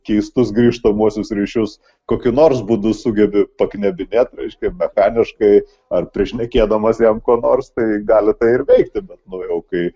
keistus grįžtamuosius ryšius kokiu nors būdu sugebi paknebinėt reiškia mechaniškai ar prišnekėdamas jam ko nors tai gali tai ir veikti bet nau jau kai